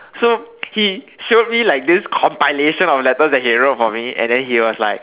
so he showed me like this compilation of letters that he wrote for me and then he was like